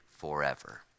forever